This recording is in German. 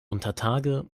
untertage